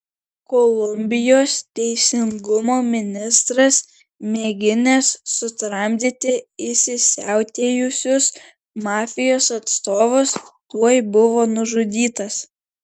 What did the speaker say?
kolumbijos teisingumo ministras mėginęs sutramdyti įsisiautėjusius mafijos atstovus tuoj buvo nužudytas